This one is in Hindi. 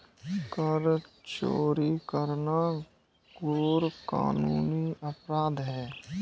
कर चोरी करना गैरकानूनी अपराध है